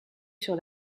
sur